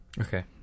Okay